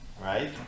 Right